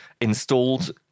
installed